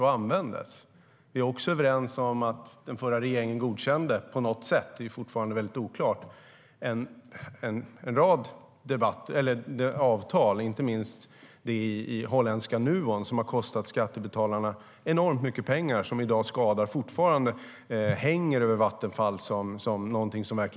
Vi är också överens om att den förra regeringen på något sätt godkände - det är fortfarande mycket oklart - en rad avtal, inte minst det i holländska Nuon som har kostat skattebetalarna enormt mycket pengar och som i dag fortfarande skadar och är någonting som hänger över Vattenfall.